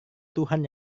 tuhan